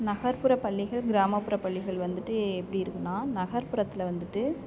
நகர்ப்புற பள்ளிகள் கிராமப்புற பள்ளிகள் வந்துட்டு எப்படி இருக்குதுன்னா நகர்புறத்தில் வந்துட்டு